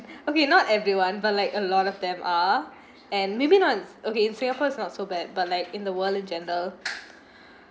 okay not everyone but like a lot of them are and maybe not in okay in singapore is not so bad but like in the world agenda